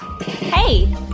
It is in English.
hey